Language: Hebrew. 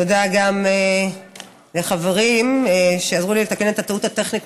תודה גם לחברים שעזרו לי לתקן את הטעות הטכנית,